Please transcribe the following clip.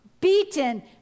beaten